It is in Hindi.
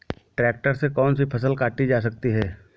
ट्रैक्टर से कौन सी फसल काटी जा सकती हैं?